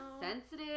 sensitive